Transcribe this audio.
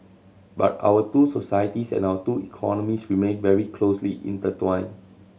but our two societies and our two economies remained very closely intertwined